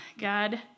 God